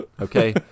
okay